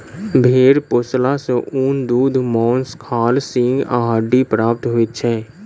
भेंड़ पोसला सॅ ऊन, दूध, मौंस, खाल, सींग आ हड्डी प्राप्त होइत छै